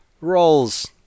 rolls